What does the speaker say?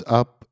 up